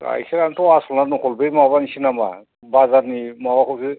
गाइखेरानोथ' आसल ना नखल बै माबानिसो नामा बाजारनि माबाखौसो